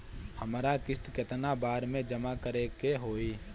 हमरा किस्त केतना बार में जमा करे के होई?